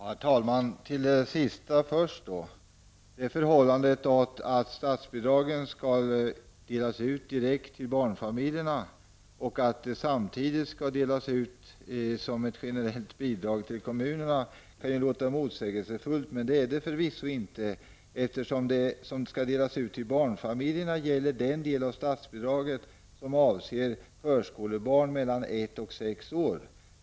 Herr talman! Jag vill ta upp det sista först. Det förhållandet att statsbidragen skall delas ut direkt till barnfamiljerna och att det samtidigt skall delas ut som ett generellt bidrag till kommunerna kan ju låta motsägelsefullt, men det är det förvisso inte, eftersom det som skall delas ut till barnfamiljerna gäller den del av statsbidraget som avser förskolebarn mellan ett och sex år.